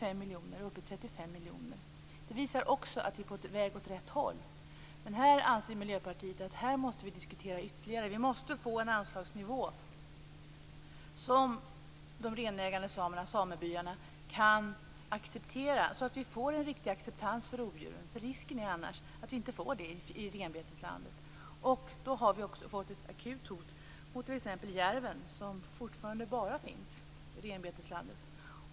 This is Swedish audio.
Det visar att vi är på väg åt rätt håll. Miljöpartiet anser dock att vi måste diskutera det här ytterligare. Det är annars risk för att vi inte får det i renbeteslandet. Det innebär ett akut hot mot t.ex. järven, som fortfarande finns bara i renbeteslandet.